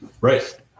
right